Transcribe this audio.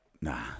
Nah